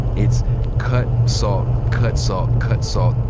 it's cut saw, cut saw, cut saw.